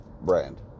brand